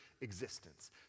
existence